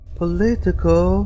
political